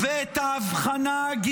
אבל שמחה רוטמן וחבריו לא מעוניינים בדמוקרטיה,